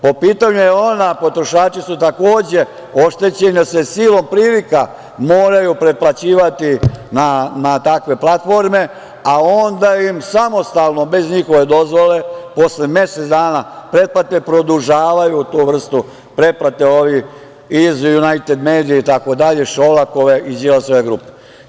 Po pitanju „EON“-a potrošači su takođe oštećeni, jer se silom prilika moraju pretplaćivati na takve platforme, a onda im samostalno, bez njihove dozvole, posle mesec dana pretplate produžavaju tu vrstu pretplate ovi iz „Junajted medija“, itd, Šolakove i Đilasove grupe.